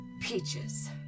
peaches